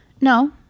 No